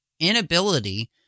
inability